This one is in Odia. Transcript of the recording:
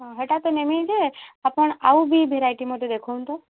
ହଁ ହେଟା ତ ନେମି ଯେ ଆପଣ ଆଉ ବି ଭେରାଇଟି ମୋତେ ଦେଖଉନ୍ ତ